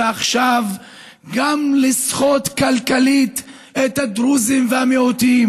ועכשיו גם לסחוט כלכלית את הדרוזים והמיעוטים.